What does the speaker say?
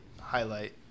highlight